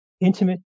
intimate